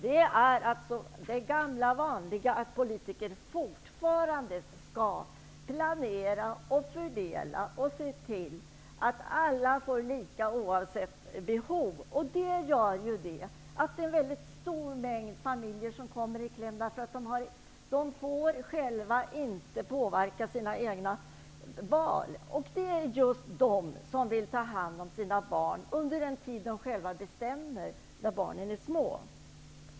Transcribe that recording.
Det är det gamla vanliga, att politiker fortfarande skall planera och fördela och se till att alla får lika, oavsett behov. Det gör att väldigt många familjer kommer i kläm, för de får själva inte påverka sina egna val. Det är just de som vill ta hand om sina barn under den tid de själva bestämmer, när barnen är små.